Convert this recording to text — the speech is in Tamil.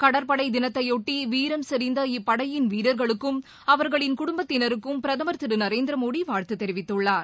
கடற்படை தினத்தையொட்டி வீரம் செறிந்த இப்படையின் வீரர்களுக்கும் அவர்களின் குடும்பத்தினருக்கும் பிரதமர் திரு நரேந்திரமோடி வாழ்த்து தெரிவித்துள்ளார்